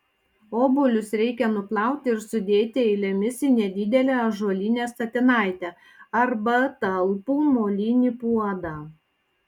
obuolius reikia nuplauti ir sudėti eilėmis į nedidelę ąžuolinę statinaitę arba talpų molinį puodą